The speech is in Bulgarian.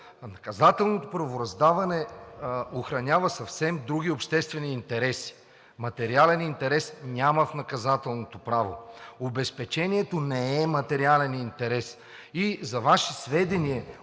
наказателното правораздаване охранява съвсем други обществени интереси. Материален интерес няма в наказателното право. Обезпечението не е материален интерес.